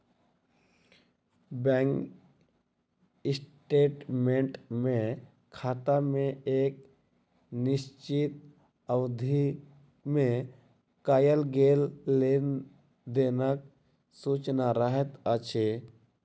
bank statement मे खाता मे एक निश्चित अवधि मे कयल गेल लेन देनक सूचना रहैत अछि